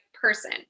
person